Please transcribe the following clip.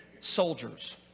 soldiers